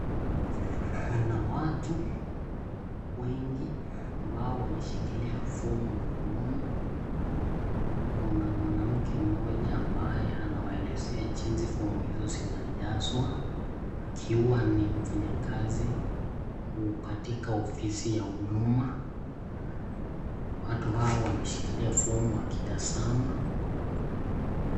Kuna watu wengi ambao wameshikilia fomu mkononi. Kuna mwanamke mmoja ambaye anawaelezea jinsi fomu hizo zinajazwa akiwa ni mfanyakazi katika ofisi ya huduma. Watu hao wanashikilia fomu wakitazama.